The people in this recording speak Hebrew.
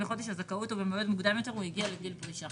אם בחודש הזכאות או במועד מוקדם יותר הוא הגיע לגיל פרישה.